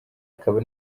akaba